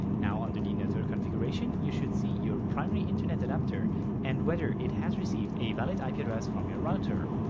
now under the network configuration you should see your primary internet adapter and whether it has received a valid ip address from your router.